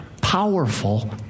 powerful